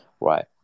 right